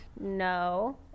no